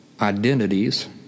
identities